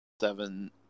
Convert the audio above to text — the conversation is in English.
seven